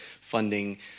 funding